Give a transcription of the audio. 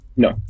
No